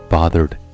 Bothered